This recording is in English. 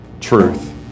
Truth